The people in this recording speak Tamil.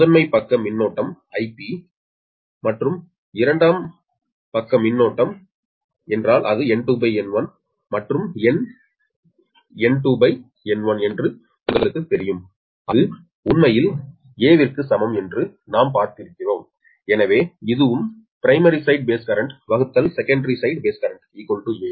முதன்மை பக்க மின்னோட்டம் Ip மற்றும் இரண்டாம் பக்க மின்னோட்டம் என்றால் அது N2N1 மற்றும் என்N2N1 என்று உங்களுக்குத் தெரியும் அது உண்மையில் a க்கு சமம் என்று நாம் பார்த்திருக்கிறோம் எனவே இதுவும் primary side base currentsecondary side base currenta